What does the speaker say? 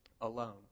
alone